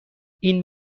این